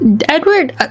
Edward